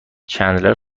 چندلر